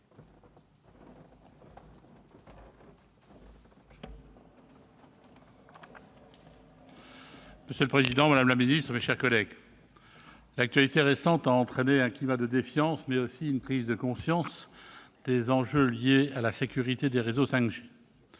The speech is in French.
Monsieur le président, madame la secrétaire d'État, mes chers collègues, l'actualité récente a fait naître un climat de défiance, mais aussi une prise de conscience des enjeux liés à la sécurité des réseaux 5G.